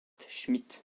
schmidt